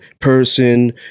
person